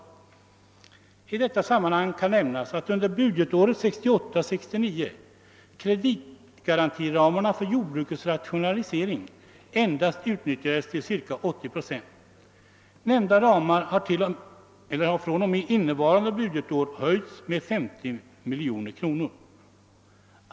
I detta sammanhang kan nämnas att under budgetåret 1968/69 endast 80 procent av kreditgarantiramarna för jordbrukets rationalisering utnyttjats. Dessa ramar har fr.o.m. innevarande budgetår vidgats med 50 miljoner kronor.